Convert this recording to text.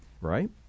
right